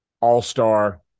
All-star